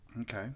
Okay